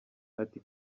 ati